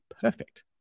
perfect